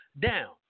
down